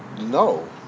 no